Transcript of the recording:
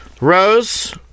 Rose